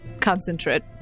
concentrate